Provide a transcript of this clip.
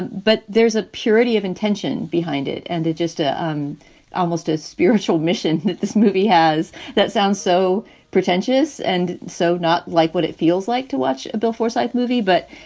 but there's a purity of intention behind it. and it just a um almost a spiritual mission that this movie has that sounds so pretentious and so not like what it feels like to watch bill foresighted movie. but,